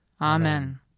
Amen